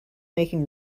making